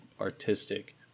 artistic